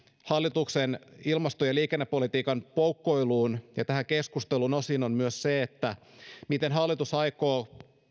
hallituksen ilmasto ja liikennepolitiikan poukkoiluun ja tähän keskusteluun osin on se miten hallitus aikoo